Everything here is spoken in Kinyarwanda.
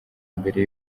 mbere